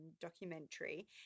documentary